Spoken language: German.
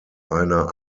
einer